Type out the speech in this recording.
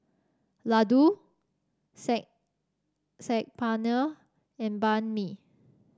Ladoo Saag Paneer and Banh Mi